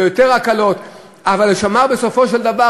ביותר הקלות אבל שמר בסופו של דבר,